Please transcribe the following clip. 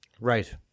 Right